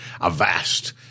avast